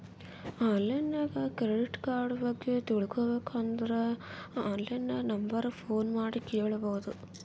online ನಾಗ್ credit card ಬಗ್ಗೆ ತಿಳ್ಕೋಬೇಕ್ ಅಂದುರ್ ಆನ್ಲೈನ್ ನಾಗ್ ನಂಬರ್ ಗ ಫೋನ್ ಮಾಡಿ ಕೇಳ್ಬೋದು